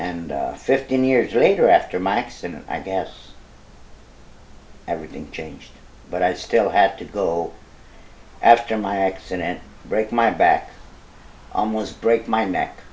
and fifteen years later after my accident i guess everything changed but i still had to go after my accident break my back almost broke my neck